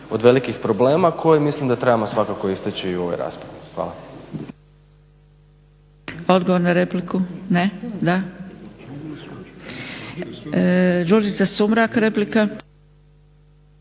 od velikih problema koje mislim da trebamo svakako istaći u ovoj raspravi. Hvala.